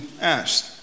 asked